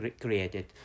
created